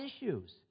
issues